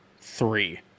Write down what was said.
three